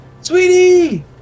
Sweetie